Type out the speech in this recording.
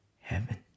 heaven